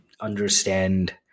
understand